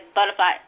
Butterfly